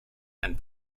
and